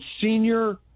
senior